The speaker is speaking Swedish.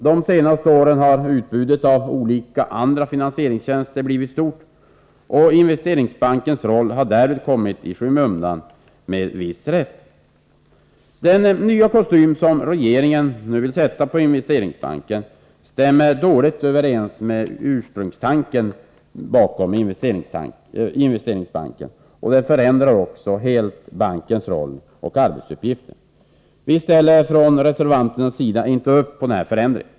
De senaste åren har utbudet av olika andra finansieringstjänster blivit stort, och Investeringsbankens roll har därvid kommit i skymundan, med viss rätt. Den nya kostym som regeringen nu vill sätta på Investeringsbanken stämmer dåligt överens med ursprungstanken bakom banken, och den förändrar helt bankens roll och arbetsuppgifter. Vi ställer från reservanternas sida inte upp på denna förändring.